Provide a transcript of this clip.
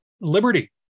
liberty